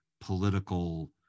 political